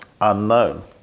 unknown